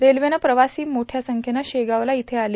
रेल्वेनं प्रवासी मोठ्या संख्येनं शेगाव इथं आले